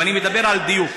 ואני מדבר על דיוק.